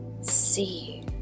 see